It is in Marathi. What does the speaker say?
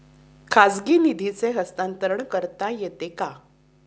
खाजगी निधीचे हस्तांतरण करता येते का?